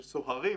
שסוהרים,